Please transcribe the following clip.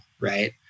right